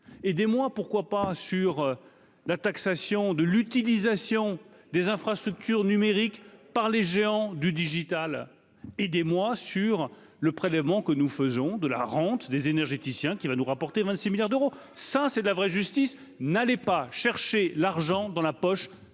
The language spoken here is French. des mois, pourquoi pas sur la taxation de l'utilisation des infrastructures numériques par les géants du digital et des mois sur le prélèvement que nous faisons de la rente des énergéticiens qui va nous rapporter 26 milliards d'euros, ça c'est de la vraie justice n'allait pas chercher l'argent dans la poche